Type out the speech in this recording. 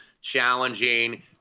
challenging